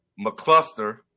McCluster